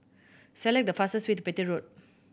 select the fastest way to Petir Road